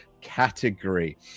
category